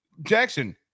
Jackson